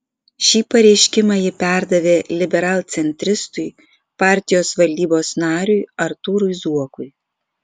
šį pareiškimą ji perdavė liberalcentristui partijos valdybos nariui artūrui zuokui